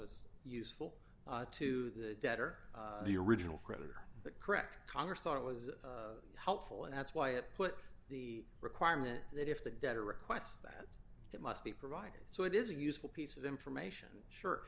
was useful to the debtor the original creditor that correct congress thought it was helpful and that's why it put the requirement that if the debtor requests that it must be provided so it is a useful piece of information sure